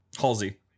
Halsey